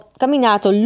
camminato